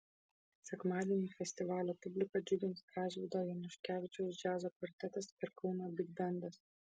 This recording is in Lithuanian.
sekmadienį festivalio publiką džiugins gražvydo januškevičiaus džiazo kvartetas ir kauno bigbendas